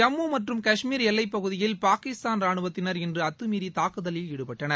ஜம்மு மற்றும் காஷ்மீர் எல்லைப் பகுதியில் பாகிஸ்தான் ரானுவத்தினர் இன்று அத்துமீறி தாக்குதலில் ஈடுபட்டனர்